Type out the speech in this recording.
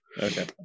Okay